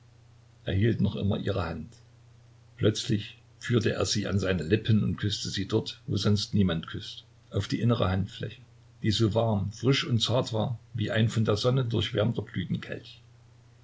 hielt noch immer ihre hand plötzlich führte er sie an seine lippen und küßte sie dort wo sonst niemand küßt auf die innere handfläche die so warm frisch und zart war wie ein von der sonne durchwärmter